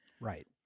right